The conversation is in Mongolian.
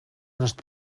нарт